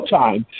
time